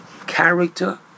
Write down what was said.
character